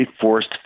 forced